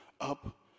up